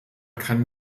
kann